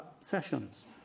sessions